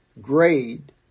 Grade